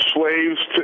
slaves